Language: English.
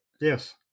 Yes